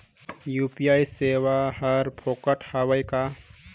UPI सेवाएं हर फोकट हवय का?